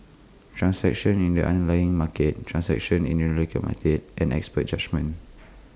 transactions in the underlying market transactions in related markets and expert judgement